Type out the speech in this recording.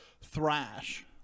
thrash